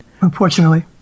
unfortunately